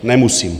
Nemusím.